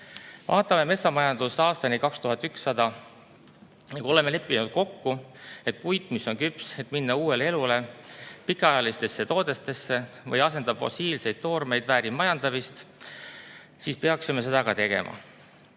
Vaatame metsamajandust aastani 2100. Kui oleme leppinud kokku, et puit, mis on küps, et minna uuele elule ja pikaajalistesse toodetesse, asendab fossiilseid toormeid ja väärib majandamist, siis peaksime seda ka tegema.